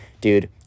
dude